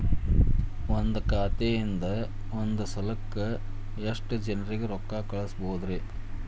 ಒಂದ್ ಖಾತೆಯಿಂದ, ಒಂದ್ ಸಲಕ್ಕ ಎಷ್ಟ ಜನರಿಗೆ ರೊಕ್ಕ ಕಳಸಬಹುದ್ರಿ?